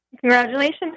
Congratulations